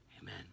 Amen